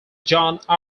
john